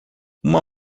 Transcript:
uma